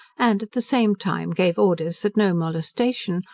and at the same time gave orders that no molestation,